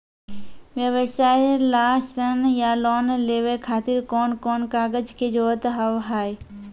व्यवसाय ला ऋण या लोन लेवे खातिर कौन कौन कागज के जरूरत हाव हाय?